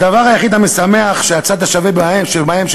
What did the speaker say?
הדבר היחיד המשמח הוא שהצד השווה בין כל